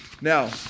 Now